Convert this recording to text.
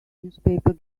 newspaper